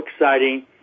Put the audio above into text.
exciting